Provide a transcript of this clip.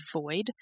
void